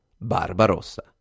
Barbarossa